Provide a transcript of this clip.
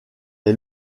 est